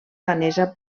danesa